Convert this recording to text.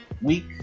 week